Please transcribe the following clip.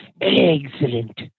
excellent